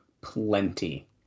plenty